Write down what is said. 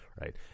right